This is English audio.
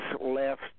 left